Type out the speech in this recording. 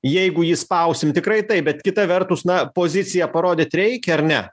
jeigu jį spausim tikrai taip bet kita vertus na poziciją parodyt reikia ar ne